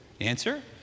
answer